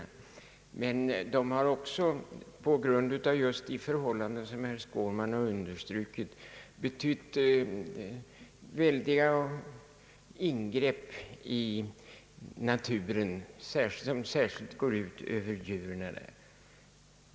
På grund av förhållanden som herr Skårman redogjort för har detta fortskaffningsmedel emellertid också inneburit väldiga ingrepp i naturen, vilka särskilt går ut över djuren där.